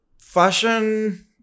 fashion